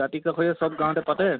দাতিকাষৰীয়া চব গাঁৱতে পাতে